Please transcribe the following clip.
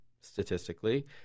statistically